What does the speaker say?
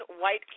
white